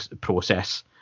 process